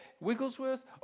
Wigglesworth